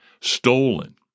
stolen